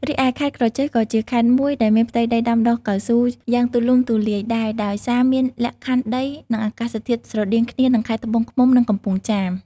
រីឯខេត្តក្រចេះក៏ជាខេត្តមួយដែលមានផ្ទៃដីដាំដុះកៅស៊ូយ៉ាងទូលំទូលាយដែរ ដោយសារមានលក្ខខណ្ឌដី និងអាកាសធាតុស្រដៀងគ្នានឹងខេត្តត្បូងឃ្មុំ និងកំពង់ចាម។